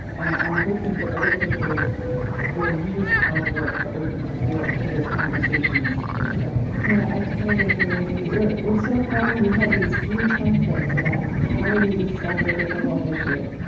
and i'm hoping that other people will use our work to open the door to those conversations themselves yeah, i totally agree with you. we're we're so form we have these few templates about how you discuss a difficult issue.